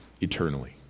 eternally